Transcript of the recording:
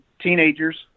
teenagers